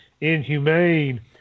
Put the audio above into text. inhumane